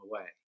away